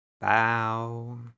Bow